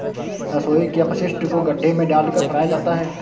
रसोई के अपशिष्ट को गड्ढे में डालकर सड़ाया जाता है